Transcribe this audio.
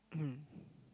mmhmm